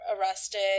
arrested